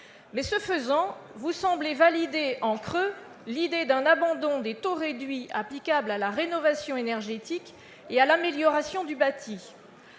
Vous semblez toutefois valider en creux l'idée d'un abandon des taux réduits applicables à la rénovation énergétique et à l'amélioration du bâti.